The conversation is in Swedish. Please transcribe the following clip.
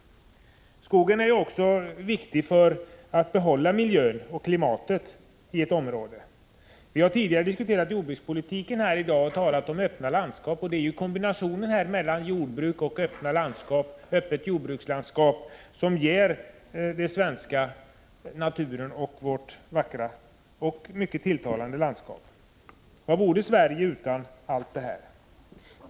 Skogen är också väsentlig för våra möjligheter att behålla miljön och klimatet inom ett område. Vi har tidigare i dag diskuterat jordbrukspolitiken och talat om värdet av öppna landskap. Det är ju just kombinationen av jordbruk och skogsbruk som ger oss vårt vackra och mycket tilltalande landskap. Vad vore Sverige utan allt det här?